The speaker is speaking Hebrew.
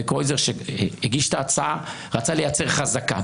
וקרויזר שהגיש את ההצעה רצה לייצר חזקה?